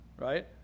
right